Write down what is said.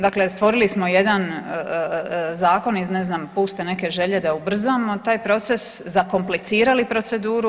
Dakle, stvorili smo jedan zakon iz ne znam puste neke želje da ubrzamo taj proces zakomplicirali proceduru.